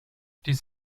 dies